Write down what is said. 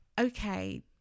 okay